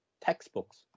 textbooks